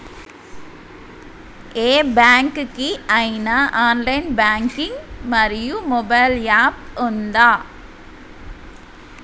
ఏ bank కి ఐనా online banking మరియు మొబైల్ యాప్ ఉందా?